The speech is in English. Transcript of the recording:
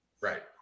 Right